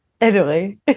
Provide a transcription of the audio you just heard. Italy